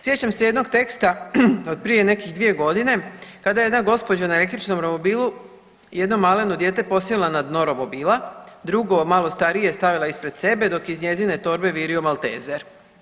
Sjećam se jednog teksta od prije nekih dvije godine kada je jedna gospođa na električnom romobilu jedno maleno dijete posjela na dno romobila, drugo malo starije stavila ispred sebe dok je iz njezine torbe virio maltezer.